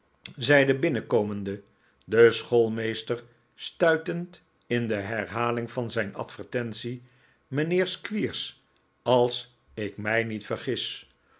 zei de binnenkomende den schoolmeester stuitend in de herhaling van zijn advertentie mijnheer squeers als ik mij niet vergis